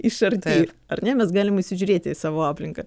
iš arti ar ne mes galim įsižiūrėti į savo aplinką